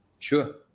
Sure